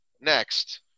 next